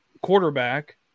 quarterback